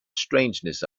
strangeness